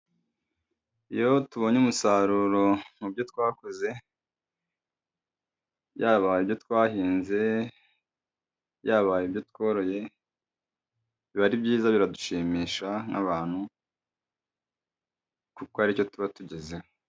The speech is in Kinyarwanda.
Iyo tubonye umusaruro mubyo twakoze, yaba ibyo twahinze, yaba ibyo tworoye, biba ari byiza biradushimisha nk'abantu kuko hari icyo tuba tugezeho.